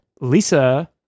Lisa